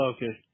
Okay